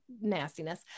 nastiness